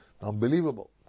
unbelievable